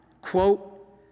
quote